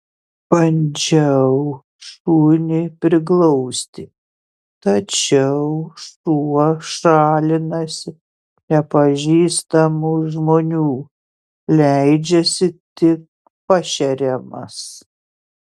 bandžiau šunį priglausti tačiau šuo šalinasi nepažįstamų žmonių leidžiasi tik pašeriamas